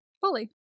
Fully